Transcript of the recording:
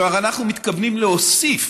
כלומר אנחנו מתכוונים להוסיף